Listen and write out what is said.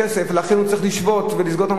ולכן הוא צריך לשבות ולסגור את המוסד.